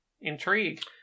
Intrigue